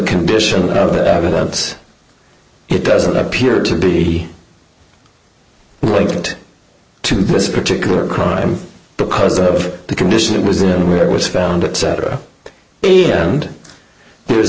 condition of the evidence it doesn't appear to be linked to this particular crime because of the condition it was in where was found at cetera and there's